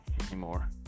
anymore